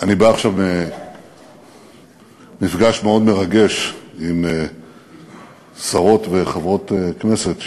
אני בא עכשיו ממפגש מאוד מרגש עם שרות וחברות כנסת שלנו.